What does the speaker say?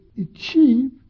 achieve